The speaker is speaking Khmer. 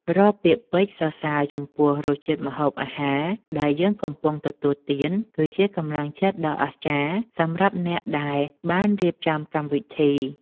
រាល់ពាក្យពេចន៍សរសើរចំពោះរសជាតិម្ហូបអាហារដែលយើងកំពុងទទួលទាន គឺជាកម្លាំងចិត្តដ៏អស្ចារ្យសម្រាប់អ្នកដែលបានរៀបចំកម្មវិធី។